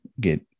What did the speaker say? get